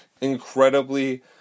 Incredibly